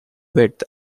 width